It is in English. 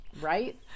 Right